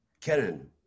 Karen